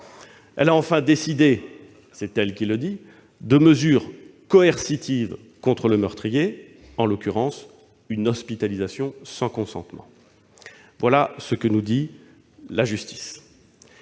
a enfin décidé- c'est elle qui le dit -de mesures coercitives contre le meurtrier, en l'occurrence, une hospitalisation sans consentement. Voilà ce que nous dit la justice.